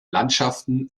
landschaften